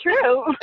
true